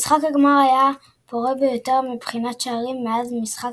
משחק הגמר היה הפורה ביותר מבחינת שערים מאז משחק